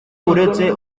uretse